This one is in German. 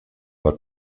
war